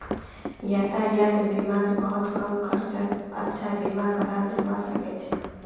यातायात बीमात बहुत कम खर्चत अच्छा बीमा कराल जबा सके छै